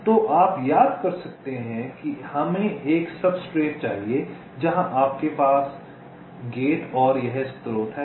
तो आप याद कर सकते हैं हमें एक सब्सट्रेट चाहिए जहां आपके पास गेट और यह स्रोत है